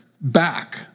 back